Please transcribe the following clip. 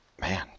Man